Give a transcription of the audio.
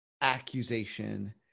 accusation